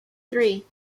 three